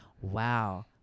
wow